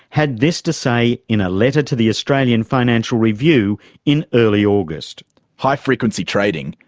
had this to say in a letter to the australian financial review in early august high-frequency trading,